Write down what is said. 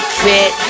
fit